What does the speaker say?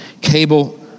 Cable